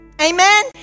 Amen